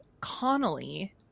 Connolly